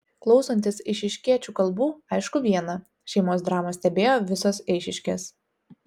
klausantis eišiškiečių kalbų aišku viena šeimos dramą stebėjo visos eišiškės